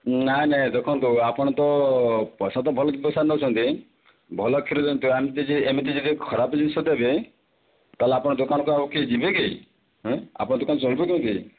ନାହିଁ ନାହିଁ ଦେଖନ୍ତୁ ଆପଣ ତ ପଇସା ତ ଭଲକି ପଇସା ନେଉଛନ୍ତି ଭଲ କ୍ଷୀର ଯେମିତିକା ଆମେ ଯଦି ଏମିତି ଯଦି ଖରାପ ଜିନିଷ ଦେବେ ତାହେଲେ ଆପଣଙ୍କ ଦୋକାନକୁ ଆଉ କେହି ଯିବେ କି ହେଁ ଆପଣଙ୍କ ଦୋକାନ ଚଳିବ କେମିତି